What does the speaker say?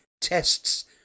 Tests